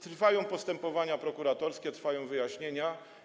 Trwają postępowania prokuratorskie, trwają wyjaśnienia.